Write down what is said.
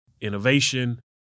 innovation